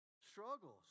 struggles